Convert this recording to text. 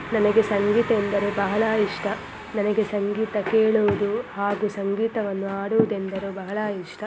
ನನಗೆ ಸಂಗೀತ ಎಂದರೆ ಬಹಳ ಇಷ್ಟ ನನಗೆ ಸಂಗೀತ ಕೇಳುವುದು ಹಾಗೂ ಸಂಗೀತವನ್ನು ಹಾಡುವುದೆಂದರೆ ಬಹಳ ಇಷ್ಟ